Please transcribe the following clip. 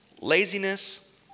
laziness